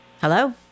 Hello